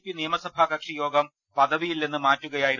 P നിയമസഭാകക്ഷി യോഗം പദവിയിൽ നിന്ന് മാറ്റുകയായിരുന്നു